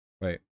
Wait